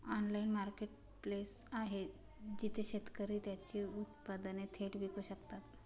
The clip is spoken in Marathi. ऑनलाइन मार्केटप्लेस आहे जिथे शेतकरी त्यांची उत्पादने थेट विकू शकतात?